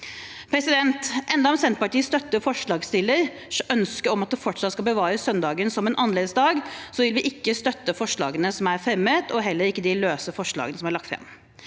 butikker. Selv om Senterpartiet støtter forslagsstillernes ønske om at vi fortsatt skal bevare søndagen som en annerledesdag, vil vi ikke støtte forslagene som er fremmet, og heller ikke de løse forslagene som er lagt fram.